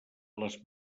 les